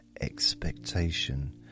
expectation